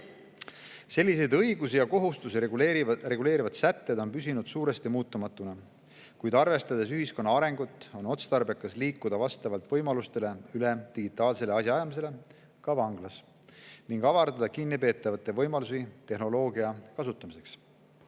Selliseid õigusi ja kohustusi reguleerivad sätted on püsinud suuresti muutumatuna, kuid arvestades ühiskonna arengut, on otstarbekas liikuda vastavalt võimalustele üle digitaalsele asjaajamisele ka vanglas ning avardada kinnipeetavate võimalusi kasutada